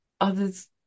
others